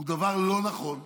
היא דבר לא נכון,